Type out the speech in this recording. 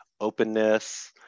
openness